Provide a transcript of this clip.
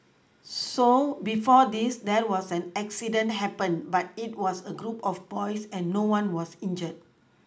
so before this there was an accident happened but it was a group of boys and no one was injured